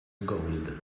gold